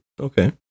okay